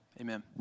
Amen